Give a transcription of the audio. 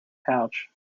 pouch